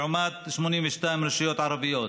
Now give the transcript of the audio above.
לעומת 82 רשויות ערביות,